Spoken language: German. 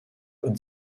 und